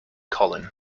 colin